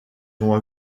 ont